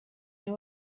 know